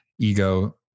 ego